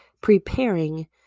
preparing